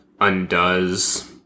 undoes